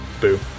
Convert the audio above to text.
Boo